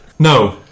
No